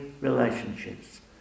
relationships